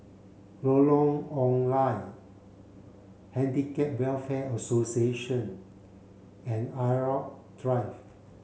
Lorong Ong Lye Handicap Welfare Association and Irau Drive